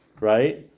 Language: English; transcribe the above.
right